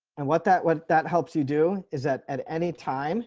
and what that what that helps you do is that at any time